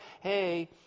hey